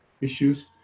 issues